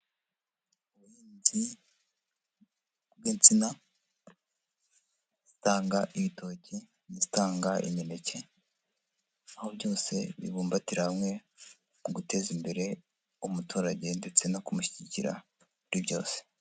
Ubuhinzi bw'insina, izitanga ibitoki n'izitanga imineke, aho byose bibumbatira hamwe mu guteza imbere umuturage, ndetse no kumushyigikira muri byose.